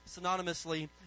synonymously